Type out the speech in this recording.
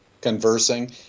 conversing